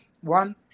one